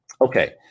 Okay